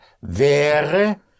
wäre